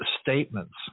statements